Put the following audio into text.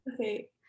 Okay